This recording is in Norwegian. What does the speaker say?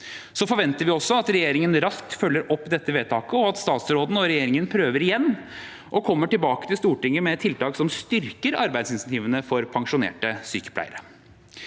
Vi forventer at regjeringen raskt følger opp dette vedtaket, og at statsråden og regjeringen prøver igjen og kommer tilbake til Stortinget med tiltak som styrker arbeidsinsentivene for pensjonerte sykepleiere.